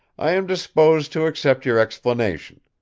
i am disposed to accept your explanation.